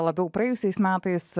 labiau praėjusiais metais